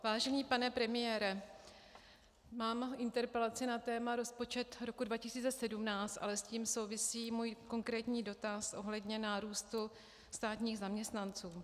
Vážený pane premiére, mám interpelaci na téma rozpočet roku 2017, ale s tím souvisí můj konkrétní dotaz ohledně nárůstu státních zaměstnanců.